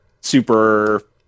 super